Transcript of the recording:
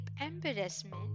embarrassment